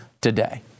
today